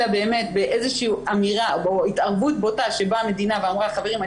אלא באמת באיזה שהיא אמירה או התערבות בוטה שבאה המדינה ואמרה: חברים,